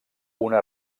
una